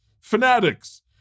Fanatics